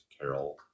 carol